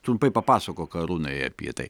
trumpai papasakok arūnai apie tai